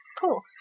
Cool